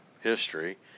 history